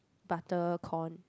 butter corn